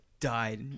died